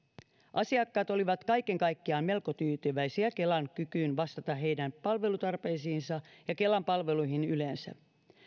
asiakkaat olivat kaiken kaikkiaan melko tyytyväisiä kelan kykyyn vastata heidän palvelutarpeisiinsa ja kelan palveluihin yleensä